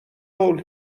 هول